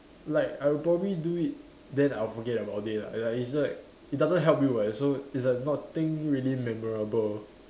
like I would probably do it then I'll forget about it lah like it's like it doesn't help you [what] so it's like nothing really memorable